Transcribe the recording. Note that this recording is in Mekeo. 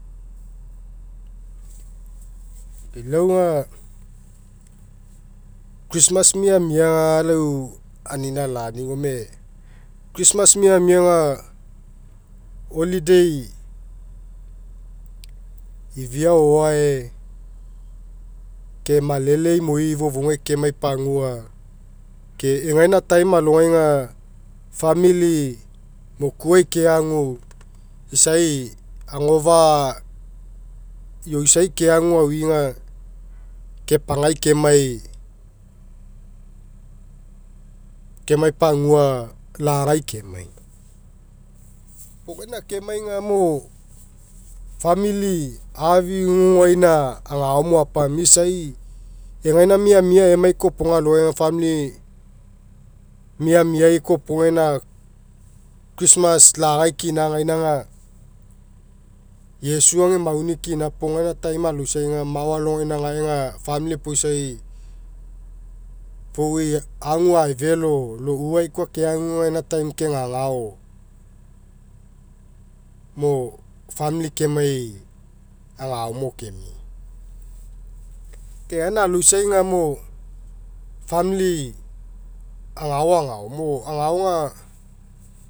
lau aga christmas miamia aga lau anina lani gome christmas miamia aga holiday ifiao o'oae ke malele imoi fofougai kemai pagua ke egaina time alogai aga famili mokuai keagu isai agofa'a ioisi keagu auga kepagai. Kemai, kemai pagua lagai kema. Gaina keniai agamo famili afiguguai agaoma apamia isai egaina miamia emai kopoga alogai famili miamiai kopoga gaina christmas lagai kina gaina aga iesu ega mauni kina puo gaina time aloisai aga mao alogaina gae aga famili epoisai fou ei agu ae felo louai koa keagu aga gaina time' ai kegagao, mo famili kemai agaomo kemia. Ke gaina aloisai agamo famili agao agao mo agao aga.